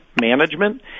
management